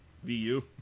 VU